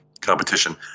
competition